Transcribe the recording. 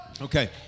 okay